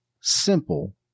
simple